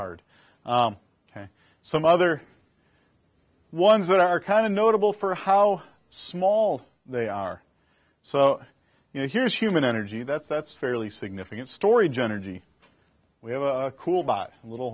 hard some other ones that are kind of notable for how small they are so you know here's human energy that's that's fairly significant story jenner g we have a cool bot a little